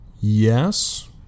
Yes